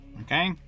Okay